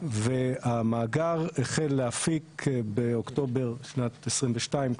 והמאגר החל להפיק באוקטובר 2022,